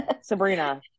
sabrina